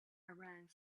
around